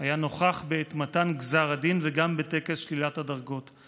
היה נוכח בעת מתן גזר הדין וגם בטקס שלילת הדרגות.